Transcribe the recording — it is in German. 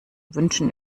wünschen